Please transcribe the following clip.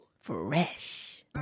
fresh